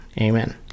Amen